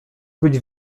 być